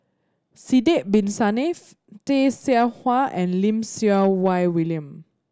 Sidek Bin Saniff Tay Seow Huah and Lim Siew Wai William